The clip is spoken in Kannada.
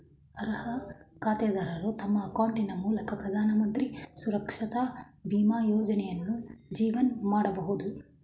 ಅರ್ಹ ಖಾತೆದಾರರು ತಮ್ಮ ಅಕೌಂಟಿನ ಮೂಲಕ ಪ್ರಧಾನಮಂತ್ರಿ ಸುರಕ್ಷಾ ಬೀಮಾ ಯೋಜ್ನಯನ್ನು ಜೀವನ್ ಮಾಡಬಹುದು